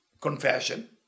confession